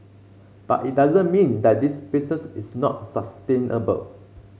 but it doesn't mean that this is not sustainable